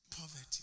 poverty